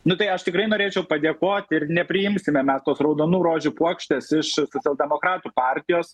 nu tai aš tikrai norėčiau padėkoti ir nepriimsime mes tos raudonų rožių puokštės iš socialdemokratų partijos